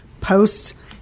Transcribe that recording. posts